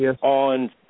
On